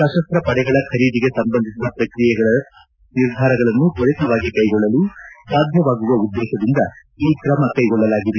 ಸತಸ್ತ ಪಡೆಗಳ ಖರೀದಿಗೆ ಸಂಬಂಧಿಸಿದ ಪ್ರಕ್ರಿಯೆಗಳಲ್ಲಿ ನಿರ್ಧಾರಗಳನ್ನು ತ್ವರಿತವಾಗಿ ಕೈಗೊಳ್ಳಲು ಸಾಧ್ಯವಾಗುವ ಉದ್ದೇಶದಿಂದ ಈ ಕ್ರಮ ಕೈಗೊಳ್ಳಲಾಗಿದೆ